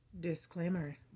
Disclaimer